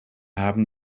haben